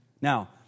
Now